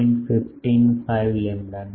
15 5 lambda not